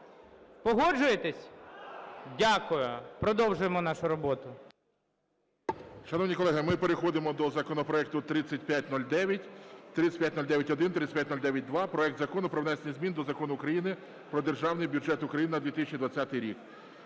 Погоджуєтесь? Дякую. Продовжуємо нашу роботу.